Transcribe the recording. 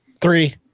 three